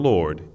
Lord